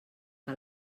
què